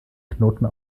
knoten